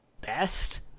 best